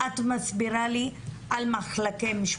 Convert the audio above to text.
אני שואלת על המחלקות הייעודיות ואת מסבירה